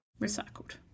Recycled